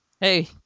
hey